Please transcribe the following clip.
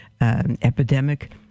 epidemic